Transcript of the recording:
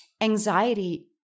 anxiety